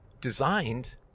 designed